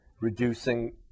reducing